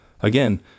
Again